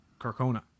Carcona